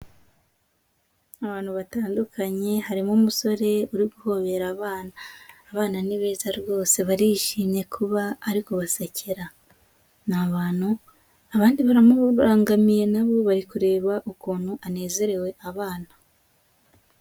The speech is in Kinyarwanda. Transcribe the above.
Abantu batandukanye harimo umusore uri guhobera abana abana ni beza rwose barishimye kuba ariko basekera n'abantu abandi baramubangamiye nabo bari kureba ukuntu anezerewe abana.